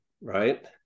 right